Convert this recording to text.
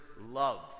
loved